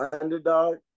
underdog